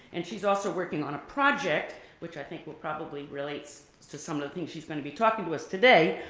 and she's also working on a project which i think will probably relate to some of the things she's gonna be talking to us today,